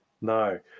No